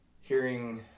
hearing